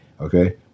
Okay